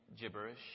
gibberish